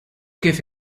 kif